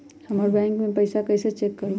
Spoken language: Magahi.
हमर बैंक में पईसा कईसे चेक करु?